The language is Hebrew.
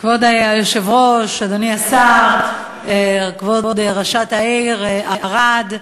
כבוד היושב-ראש, אדוני השר, כבוד ראשת העיר ערד,